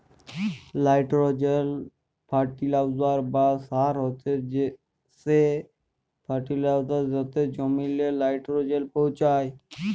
nitrogen fertiliser বা সার হছে সে ফার্টিলাইজার যাতে জমিল্লে লাইট্রোজেল পৌঁছায়